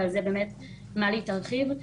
ועל זה באמת מלי תרחיב.